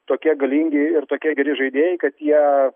tokie galingi ir tokie geri žaidėjai kad jie